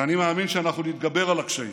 ואני מאמין שאנחנו נתגבר על הקשיים.